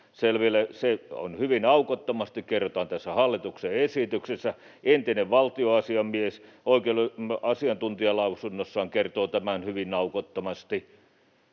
selville. Se hyvin aukottomasti kerrotaan tässä hallituksen esityksessä, entinen valtionasiamies asiantuntijalausunnossaan kertoo tämän hyvin aukottomasti,